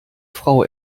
frau